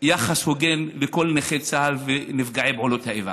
יחס הוגן לכל נכי צה"ל ונפגעי פעולות האיבה.